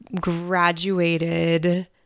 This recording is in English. graduated